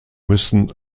müssen